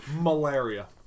malaria